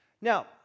Now